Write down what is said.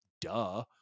Duh